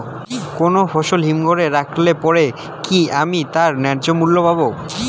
কোনো ফসল হিমঘর এ রাখলে পরে কি আমি তার ন্যায্য মূল্য পাব?